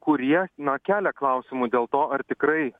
kurie na kelia klausimų dėl to ar tikrai